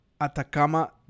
Atacama